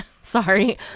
Sorry